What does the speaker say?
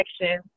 section